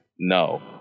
No